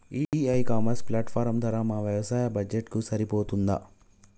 ఈ e commerce platform ధర మా వ్యవసాయ బడ్జెట్ కు సరిపోతుందా?